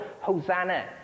Hosanna